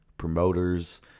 promoters